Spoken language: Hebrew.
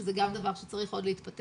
שזה גם דבר שצריך עוד להתפתח,